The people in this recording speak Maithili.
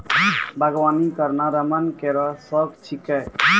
बागबानी करना रमन केरो शौक छिकै